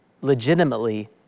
legitimately